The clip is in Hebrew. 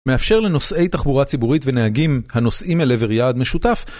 מאפשר לנוסעי תחבורה ציבורית ונהגים הנוסעים אל עבר יעד משותף